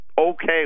okay